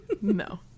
no